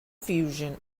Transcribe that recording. fusion